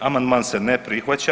Amandman se ne prihvaća.